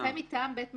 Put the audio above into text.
מומחה מטעם בית משפט.